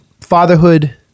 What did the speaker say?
fatherhood